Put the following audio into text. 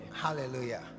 Hallelujah